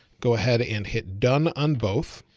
go ahead and hit done on both.